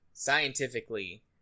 scientifically